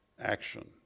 action